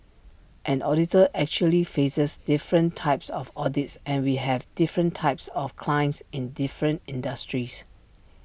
an auditor actually faces different types of audits and we have different types of clients in different industries